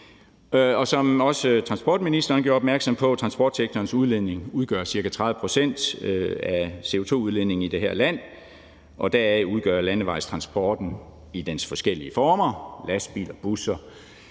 Som også transportministeren gjorde opmærksom på, udgør transportsektorens udledning ca. 30 pct. af CO2-udledningen i det her land, og deraf udgør landevejstransporten i dens forskellige former – lastbiler, busser,